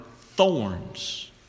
thorns